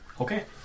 Okay